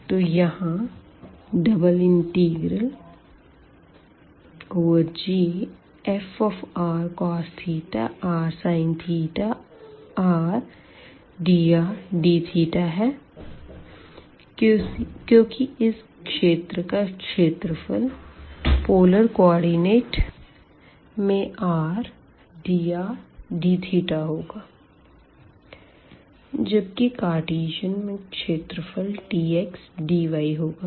तो यहाँ ∬Gfrcos rsin rdrdθ है क्योंकि इस क्षेत्र का क्षेत्रफल पोलर कोऑर्डिनेट में rdrdθ होगा जबकि कार्टीजन में क्षेत्रफल dx dy होगा